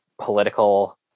political